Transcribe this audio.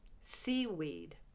seaweed